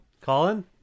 Colin